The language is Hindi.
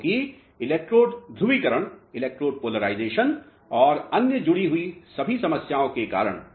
क्योंकि इलेक्ट्रोड ध्रुवीकरण और अन्य जुडी हुई सभी समस्याओं के कारण